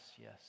yes